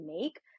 make